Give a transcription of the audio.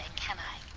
and can i?